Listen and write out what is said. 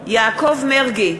יעקב מרגי,